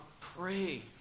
pray